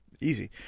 easy